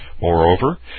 Moreover